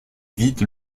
vide